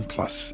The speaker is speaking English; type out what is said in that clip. Plus